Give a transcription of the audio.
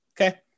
okay